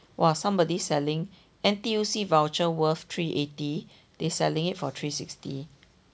!wah! somebody selling N_T_U_C voucher worth three eighty they selling it for three sixty